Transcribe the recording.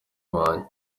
wanjye